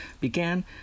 began